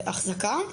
באחזקה,